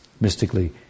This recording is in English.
mystically